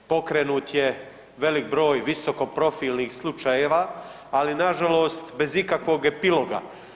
Pokrenut je velik broj visokoprofilnih slučajeva, ali na žalost bez ikakvog epiloga.